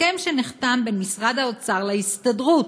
הסכם שנחתם בין משרד האוצר להסתדרות,